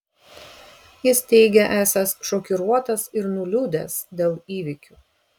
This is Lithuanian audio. jis teigė esąs šokiruotas ir nuliūdęs dėl įvykių